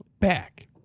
back